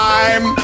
Time